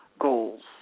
goals